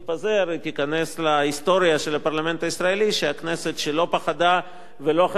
היא תיכנס להיסטוריה של הפרלמנט הישראלי ככנסת שלא פחדה ולא חששה,